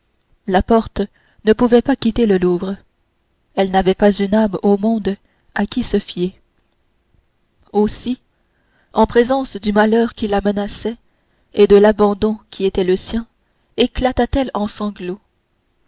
la porte ne pouvait pas quitter le louvre elle n'avait pas une âme au monde à qui se fier aussi en présence du malheur qui la menaçait et de l'abandon qui était le sien éclata t elle en sanglots